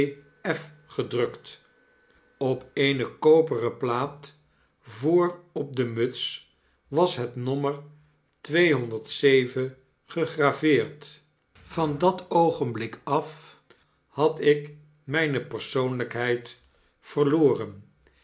gedrukt op eene koperen plaat voor op de muts was het nommer gegraveerd van dat oogenblik af had ik mijne persoonlijkheid verloren